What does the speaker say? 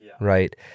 right